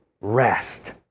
rest